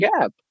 gap